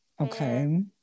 Okay